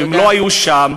שהם לא היו שם,